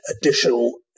additional